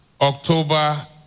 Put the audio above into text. October